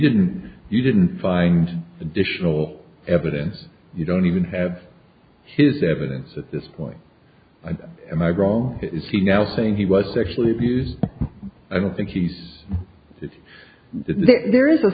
didn't you didn't find additional evidence you don't even have his evidence at this point i am i wrong is he now saying he was sexually abused i don't think he's that there is a